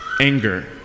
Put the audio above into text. anger